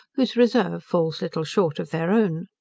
whose reserve falls little short of their own.